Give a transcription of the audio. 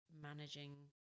managing